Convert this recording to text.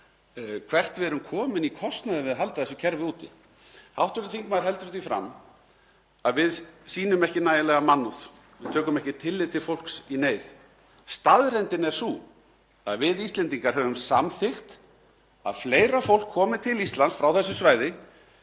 hvert við erum komin í kostnaði við að halda þessu kerfi úti. Hv. þingmaður heldur því fram að við sýnum ekki nægilega mannúð. Við tökum ekki tillit til fólks í neyð. Staðreyndin er sú að við Íslendingar höfum samþykkt að fleira fólk komi til Íslands frá þessu svæði